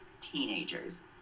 teenagers